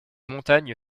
montagne